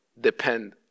depend